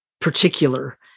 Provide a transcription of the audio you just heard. particular